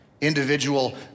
individual